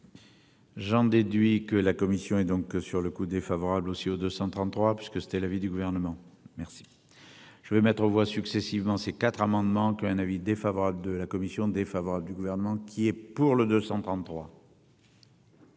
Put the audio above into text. J'en déduis que la commission et donc sur le coup défavorable aussi aux 233 parce que c'était l'avis du gouvernement. Merci. Je vais mettre aux voix successivement ces quatre amendements qu'un avis défavorable de la commission défavorable du gouvernement qui est pour le 233.